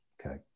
okay